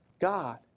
God